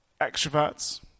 Extroverts